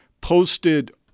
posted